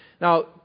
Now